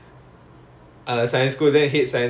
for she go science school then she don't like